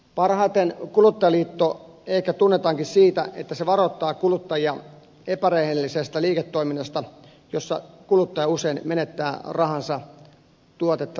parhaiten kuluttajaliitto ehkä tunnetaankin siitä että se varoittaa kuluttajia epärehellisestä liiketoiminnasta jossa kuluttaja usein menettää rahansa tuotetta saamatta